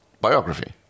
biography